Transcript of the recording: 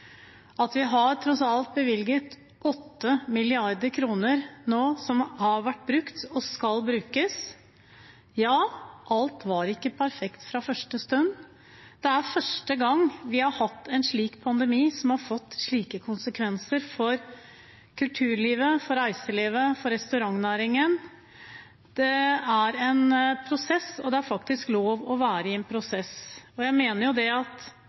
at vi tross alt har bevilget 8 mrd. kr nå, som har vært brukt, og som skal brukes. Alt var ikke perfekt fra første stund. Det er første gang vi har hatt en slik pandemi, som har fått slike konsekvenser for kulturlivet, for reiselivet og for restaurantnæringen. Det er en prosess, og det er faktisk lov å være i en prosess. Jeg mener